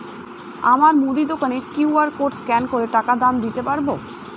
আমার মুদি দোকানের কিউ.আর কোড স্ক্যান করে টাকা দাম দিতে পারব?